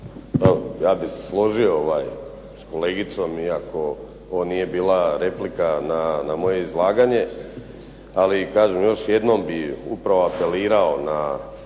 Ja bih se složio s kolegicom iako ovo nije bila replika na moje izlaganje, ali kažem još jednom bih upravo apelirao i